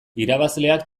irabazleak